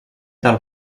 del